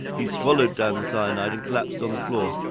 he swallowed down the cyanide and collapsed on the floor.